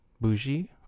bougie